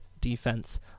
defense